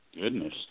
Goodness